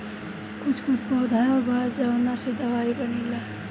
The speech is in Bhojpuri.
कुछ कुछ पौधा बा जावना से दवाई बनेला